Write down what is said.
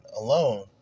alone